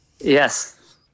yes